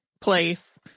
place